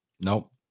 Nope